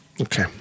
Okay